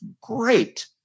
great